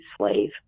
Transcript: slave